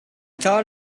thought